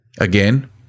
Again